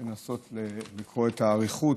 לנסות לקרוא את האריכות,